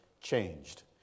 changed